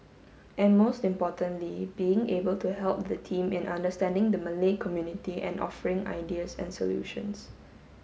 and most importantly being able to help the team in understanding the Malay community and offering ideas and solutions